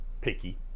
picky